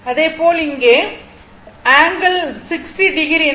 அதேபோல் இங்கே angle 60o இணைக்கப்பட்டுள்ளது